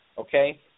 okay